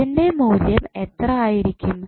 ഇതിൻറെ മൂല്യം എത്ര ആയിരിക്കും